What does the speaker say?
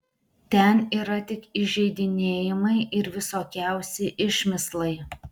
ten yra tik įžeidinėjimai ir visokiausi išmislai